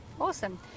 Awesome